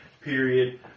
period